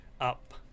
up